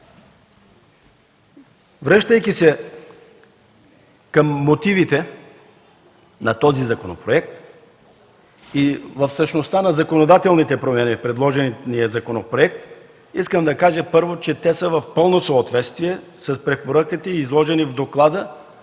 Връщайки се към мотивите на този законопроект и към същността на законодателните промени, първо, искам да кажа, че те са в пълно съответствие с препоръките, изложени в Доклада